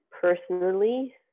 Personally